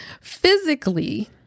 physically